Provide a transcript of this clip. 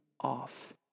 off